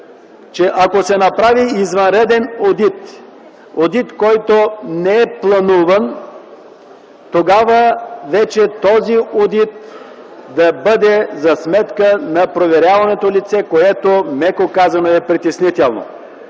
че ако се направи извънреден одит, който не е плануван, тогава той да бъде за сметка на проверяваното лице, което, меко казано, е притеснително.